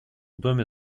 доме